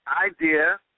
idea